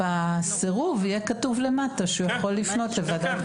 בסירוב יהיה כתוב למטה שהוא יכול לפנות לוועדה.